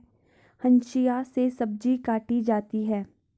हंसिआ से सब्जी काटी जाती है